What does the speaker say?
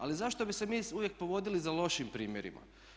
Ali zašto bi se mi uvijek povodili za lošim primjerima?